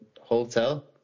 hotel